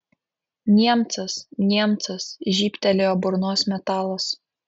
niemcas niemcas žybtelėjo burnos metalas